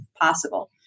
possible